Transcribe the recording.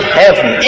heaven